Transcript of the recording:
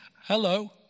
Hello